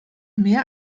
mehr